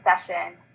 session